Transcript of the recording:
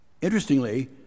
Interestingly